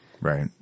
Right